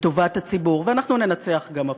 לטובת הציבור, ואנחנו ננצח גם הפעם.